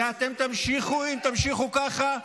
ואם תמשיכו ככה,